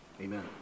Amen